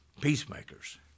peacemakers